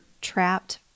trapped